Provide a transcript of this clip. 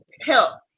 help